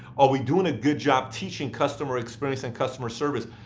are we doing a good job teaching customer experience and customer service?